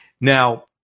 Now